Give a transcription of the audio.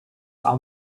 are